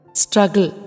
struggle